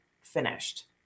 finished